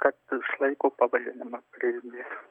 kad išlaiko pavadinimą priėmė